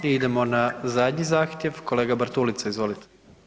I idemo na zadnji zahtjev, kolega Bartulica, izvolite.